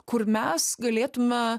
kur mes galėtume